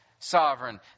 sovereign